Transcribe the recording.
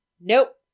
Nope